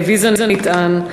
"ויזה נטען",